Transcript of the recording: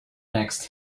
next